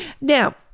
Now